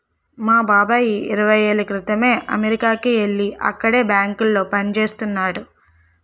మా బాబాయి ఇరవై ఏళ్ళ క్రితమే అమెరికాకి యెల్లి అక్కడే బ్యాంకులో పనిజేత్తన్నాడు